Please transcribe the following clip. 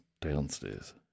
downstairs